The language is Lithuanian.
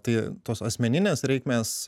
tai tos asmeninės reikmės